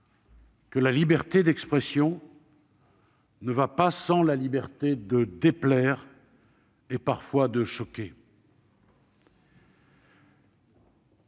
que la liberté d'expression ne va pas sans la liberté de déplaire et parfois de choquer.